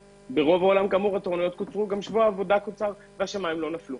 ברוב העולם קוצרו התורנויות וקוצר גם שבוע העבודה והשמים לא נפלו.